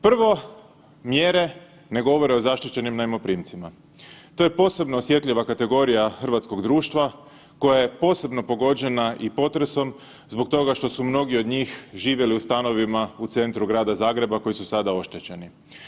Prvo, mjere ne govore o zaštićenim najmoprimcima, to je posebno osjetljiva kategorija hrvatskog društva koja je posebno pogođena i potresom zbog toga što su mnogi od njih živjeli u stanovima u centru Grada Zagreba koji su sada oštećeni.